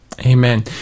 Amen